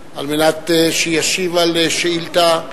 על מנת שישיב על שאילתא.